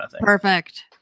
Perfect